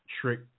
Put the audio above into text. trick